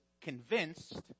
convinced